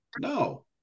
No